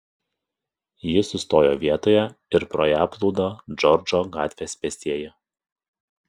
ji sustojo vietoje ir pro ją plūdo džordžo gatvės pėstieji